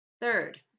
third